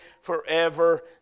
forever